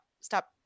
stop